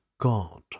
God